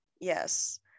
yes